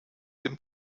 dem